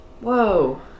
Whoa